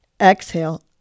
exhale